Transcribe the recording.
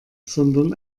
sondern